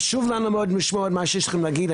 חשוב לנו לשמוע מה שיש לכם להגיד.